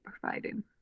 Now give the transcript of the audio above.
providing